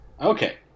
Okay